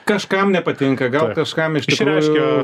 kažkam nepatinka gal kažkam iš tikrųjų